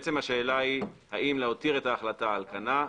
השאלה היא האם להותיר את ההחלטה על כנה,